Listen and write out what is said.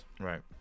Right